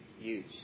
use